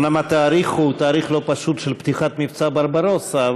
אומנם התאריך הוא תאריך לא פשוט של פתיחת מבצע ברברוסה,